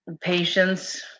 Patience